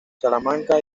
salamanca